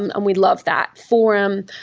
and and we love that forum,